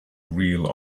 real